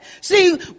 See